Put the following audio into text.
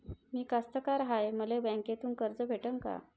मी कास्तकार हाय, मले बँकेतून कर्ज भेटन का?